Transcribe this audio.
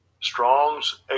Strong's